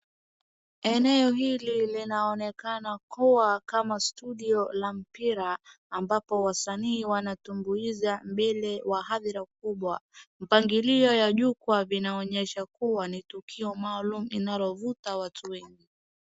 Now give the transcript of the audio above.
Eneo hili linaonekana kuwa kama studio la mpira ambapo wasanii wanatumbuiza mbele wa hadhira kubwa. Mpangilio ya jukwaa vinaonyesha kuwa ni tukio maalum inalovuta watu wengi.